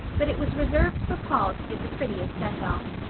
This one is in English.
but it was reserved for paul to give the prettiest send-off.